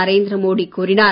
நரேந்திர மோடி கூறினார்